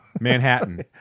Manhattan